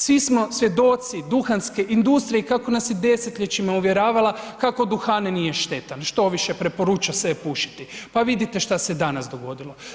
Svi smo svjedoci duhanske industrije i kako nas je desetljećima uvjeravala kako duhan nije štetan, štoviše preporučao se je pušiti, pa vidite šta se je danas dogodilo.